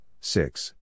six